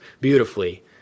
beautifully